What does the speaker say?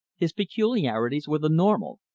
his peculiarities were the normal,